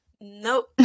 nope